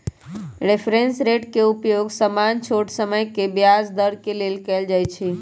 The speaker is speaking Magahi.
रेफरेंस रेट के उपयोग सामान्य छोट समय के ब्याज दर के लेल कएल जाइ छइ